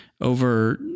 over